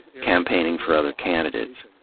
campaigning for other candidates,